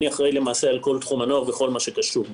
אחראי על כל תחום הנוער וכל מה שקשור בו.